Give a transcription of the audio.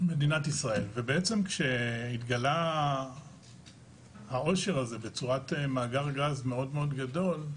ובעצם כשהתגלה העושר הזה בצורת מאגר גז מאד מאד גדול,